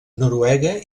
noruega